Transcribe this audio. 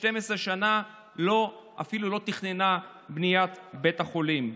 12 שנה אפילו לא תכננה בניית בית חולים.